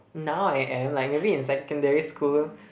now I am like maybe in secondary school